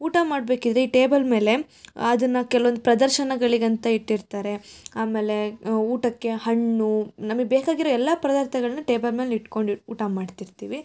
ಊಟ ಮಾಡಬೇಕಿದ್ರೆ ಈ ಟೇಬಲ್ ಮೇಲೆ ಅದನ್ನು ಕೆಲ್ವೊಂದ್ ಪ್ರದರ್ಶನಗಳಿಗೆ ಅಂತ ಇಟ್ಟಿರ್ತಾರೆ ಆಮೇಲೆ ಊಟಕ್ಕೆ ಹಣ್ಣು ನಮಗೆ ಬೇಕಾಗಿರೋ ಎಲ್ಲ ಪ್ರದಾರ್ಥಗಳನ್ನ ಟೇಬಲ್ ಮೇಲೆ ಇಟ್ಕೊಂಡು ಊಟ ಮಾಡ್ತಿರ್ತೀವಿ